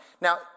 Now